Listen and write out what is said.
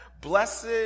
blessed